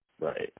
right